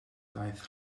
daeth